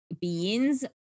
beans